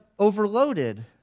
overloaded